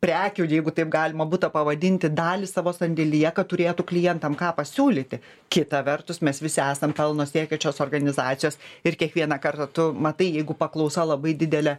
prekiųir jeigu taip galima butą pavadinti dalį savo sandėlyje kad turėtų klientam ką pasiūlyti kita vertus mes visi esam pelno siekiančios organizacijos ir kiekvieną kartą tu matai jeigu paklausa labai didelė